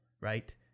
right